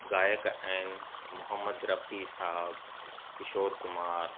गायक आहिनि मोहम्मद रफ़ी साहब किशोर कुमार